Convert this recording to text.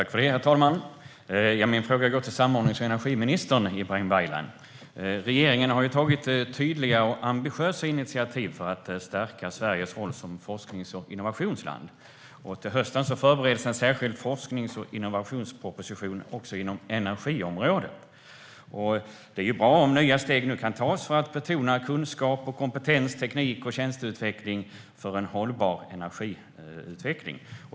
Herr talman! Min fråga går till samordnings och energiministern Ibrahim Baylan. Regeringen har ju tagit tydliga och ambitiösa initiativ för att stärka Sveriges roll som forsknings och innovationsland. Till hösten förbereds en särskild forsknings och innovationsproposition också inom energiområdet. Det är bra om nya steg nu kan tas för att betona kunskap och kompetens, teknik och tjänsteutveckling för en hållbar energiutveckling.